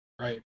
right